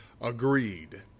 Agreed